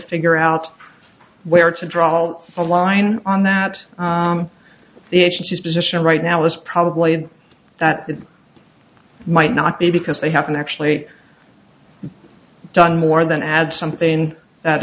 figure out where to draw a line on that the edge of his position right now is probably that it might not be because they haven't actually done more than add something that